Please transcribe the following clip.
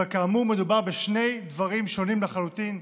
אבל כאמור מדובר בשני דברים שונים לחלוטין.